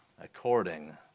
according